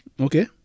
Okay